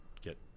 get